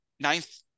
ninth